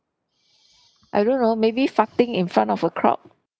I don't know maybe farting in front of a crowd